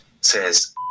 says